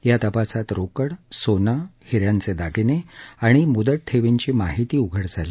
या तपासात रोकड सोनं हिऱ्यांचे दागिने आणि मुदत ठेवींची माहिती उघड झाली